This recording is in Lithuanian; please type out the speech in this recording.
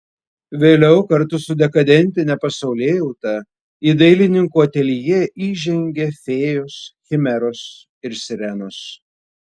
vėliau kartu su dekadentine pasaulėjauta į dailininkų ateljė įžengė fėjos chimeros ir sirenos